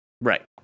Right